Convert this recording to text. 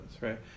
right